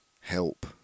help